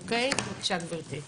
בבקשה גברתי.